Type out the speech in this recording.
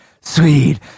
sweet